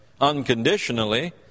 unconditionally